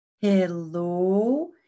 Hello